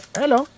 Hello